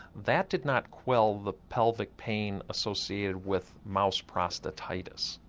that did not quell the pelvic pain associated with mouse prostatitis.